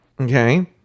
Okay